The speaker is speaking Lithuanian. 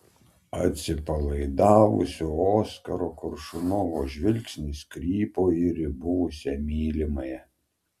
atsipalaidavusio oskaro koršunovo žvilgsnis krypo ir į buvusią mylimąją